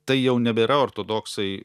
tai jau nebėra ortodoksai